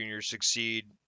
succeed